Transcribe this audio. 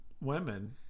women